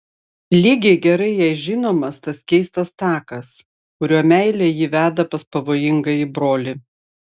lygiai gerai jai žinomas tas keistas takas kuriuo meilė jį veda pas pavojingąjį brolį